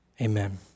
Amen